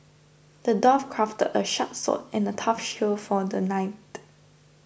the dwarf crafted a sharp sword and a tough shield for the knight